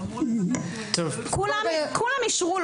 כולם אישרו,